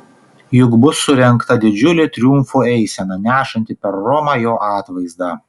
juk bus surengta didžiulė triumfo eisena nešanti per romą jo atvaizdą